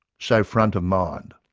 so front of mind.